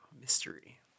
Mystery